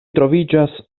troviĝas